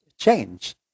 change